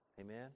Amen